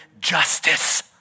justice